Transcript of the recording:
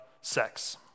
sex